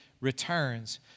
returns